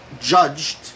judged